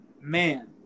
man